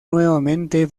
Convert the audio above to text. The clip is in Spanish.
nuevamente